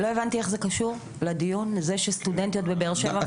לא הבנתי איך זה קשור לדיון זה שסטודנטיות בבאר שבע מפחדות ללכת לבד?